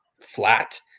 flat